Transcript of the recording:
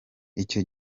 icyo